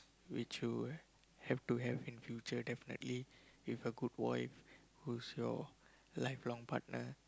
which you will have to have in future definitely is a good wife whose your life long partner